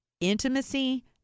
Intimacy